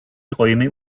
räume